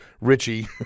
Richie